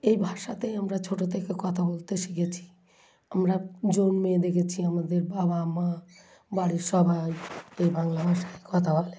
এই ভাষাতেই আমরা ছোটো থেকে কথা বলতে শিখেছি আমরা জন্মে দেখেছি আমাদের বাবা মা বাড়ির সবাই এই বাংলা ভাষায় কথা বলে